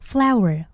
Flower